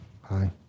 Hi